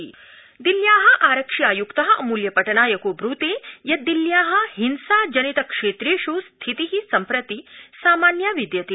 दिल्ली स्थिति दिल्ल्या आरक्षि आयुक्त अमूल्य पटनायको ब्रूते यत् दिल्ल्या हिंसा जनित क्षेत्रेष् स्थिति सम्प्रति सामान्या विद्यते